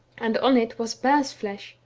and on it was bear's flesh,